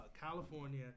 California